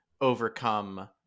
overcome